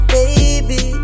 Baby